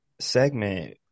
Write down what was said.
segment